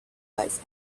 advice